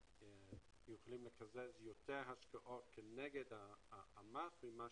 לקזז יותר השקעות כנגד ה --- ממה